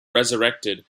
resurrected